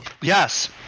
yes